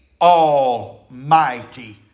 almighty